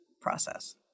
process